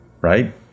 Right